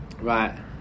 right